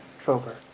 Trover